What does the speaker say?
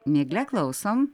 migle klausom